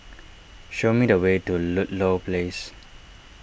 show me the way to Ludlow Place